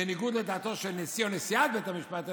בניגוד לדעתו של נשיא או נשיאת בית המשפט העליון,